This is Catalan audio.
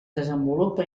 desenvolupa